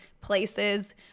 places